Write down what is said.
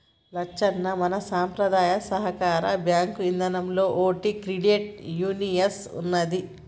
లచ్చన్న మన సంపద్రాయ సాకార బాంకు ఇదానంలో ఓటి క్రెడిట్ యూనియన్ ఉన్నదీ